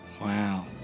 Wow